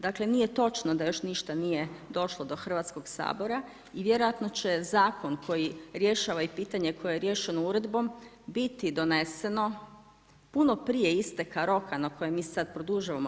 Dakle nije točno da još ništa nije došlo do Hrvatskog sabora i vjerojatno će zakon koji rješava pitanje koje je riješeno uredbom, biti doneseno puno prije isteka roka na koji mi sada produžujemo.